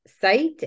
site